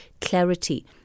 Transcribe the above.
clarity